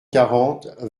quarante